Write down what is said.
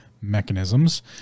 mechanisms